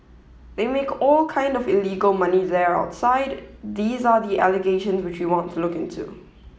they make all kind of illegal money there outside these are the allegations which we want to look into